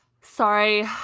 sorry